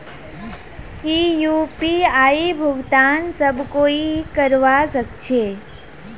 की यु.पी.आई भुगतान सब कोई ई करवा सकछै?